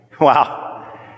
Wow